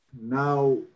now